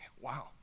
wow